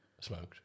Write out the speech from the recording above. Smoked